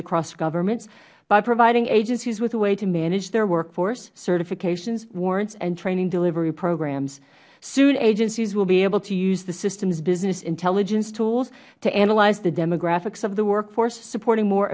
across government by providing agencies with a way to manage their workforce certifications warrants and training delivery programs soon agencies will be able to use the systems business intelligence tools to analyze the demographics of the workforce supporting more